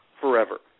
forever